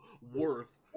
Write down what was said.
worth